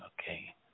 Okay